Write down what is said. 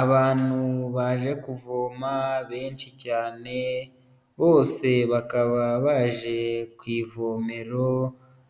Abantu baje kuvoma benshi cyane bose bakaba baje ku ivomero